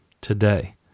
today